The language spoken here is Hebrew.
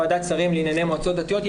ועדת שרים לענייני מועצות דתיות.